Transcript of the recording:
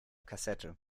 kassette